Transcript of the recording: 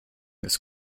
this